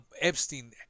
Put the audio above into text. epstein